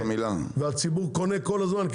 והציבור קונה כל הזמן,